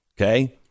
Okay